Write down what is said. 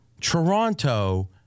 Toronto